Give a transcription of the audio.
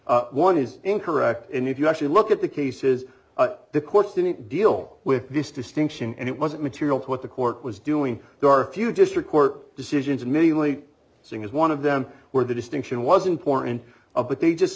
good one is incorrect and if you actually look at the cases the courts didn't deal with this distinction and it wasn't material what the court was doing there are a few district court decisions many willy seeing as one of them were the distinction wasn't born in of but they just